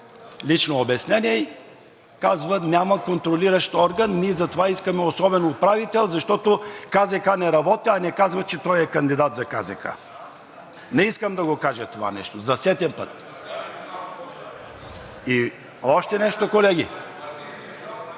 лично обяснение, казва: няма контролиращ орган, ние затова искаме особен управител, защото КЗК не работи, а не казва, че той е кандидат за КЗК. Не искам да го кажа това нещо – за сетен път. (Оживление,